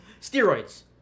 Steroids